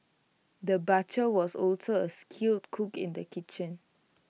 the butcher was also A skilled cook in the kitchen